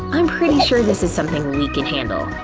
i'm pretty sure this is something we can handle.